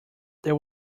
there